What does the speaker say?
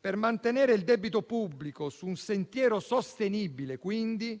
Per mantenere il debito pubblico su un sentiero sostenibile, quindi,